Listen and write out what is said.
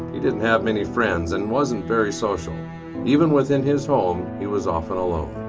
he didn't have many friends and wasn't very social even within his home he was often alone.